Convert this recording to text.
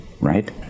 right